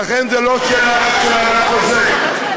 לכן זו לא שאלה רק של הענף הזה, שם.